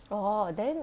orh then